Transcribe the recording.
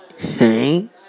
Hey